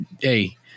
hey